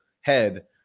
head